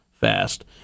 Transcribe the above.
fast